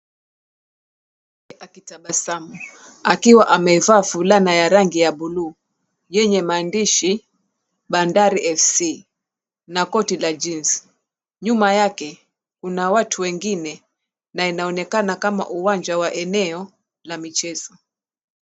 Mvulana akitabasamu akiwa amevaa fulana ya rangi ya buluu yenye mahandishi Bandari FC na koti la jinsi. Nyuma yake kuna watu wengine na inaonekana kama uwanja wa eneo la michezo.